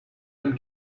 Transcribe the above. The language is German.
dem